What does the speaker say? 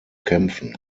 kämpfen